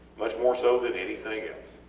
much more so that anything and